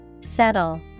Settle